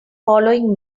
following